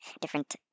different